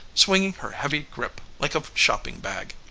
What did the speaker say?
swinging her heavy grip like a shopping-bag.